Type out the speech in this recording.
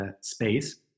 space